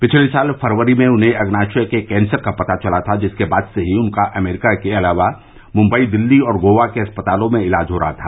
पिछले साल फरवरी में उन्हें अग्नाशय के कैंसर का पता चला था जिसके बाद से ही उनका अमेरिका के अलावा मुंबई दिल्ली और गोवा के अस्पतालों में ईलाज हो रहा था